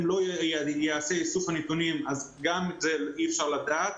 אם לא יהיה איסוף נתונים גם את זה אי אפשר לדעת.